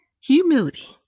Humility